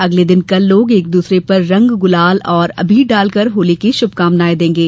अगले दिन कल लोग एक दुसरे पर रंग गुलाल और अबीर डालकर होली की श्रभकामनाएं देंगे